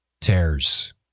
tears